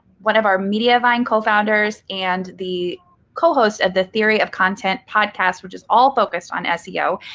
one of our mediavine co-founders and the co-host of the theory of content podcast, which is all focused on seo.